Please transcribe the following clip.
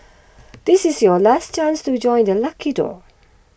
this is your last chance to join the lucky draw